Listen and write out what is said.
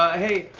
ah hey,